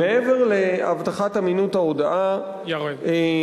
מעבר להבטחת אמינות ההודאה קיימת,